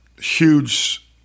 huge